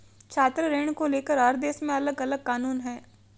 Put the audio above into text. छात्र ऋण को लेकर हर देश में अलगअलग कानून है